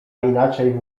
inaczej